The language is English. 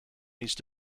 these